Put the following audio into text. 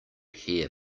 hair